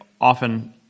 often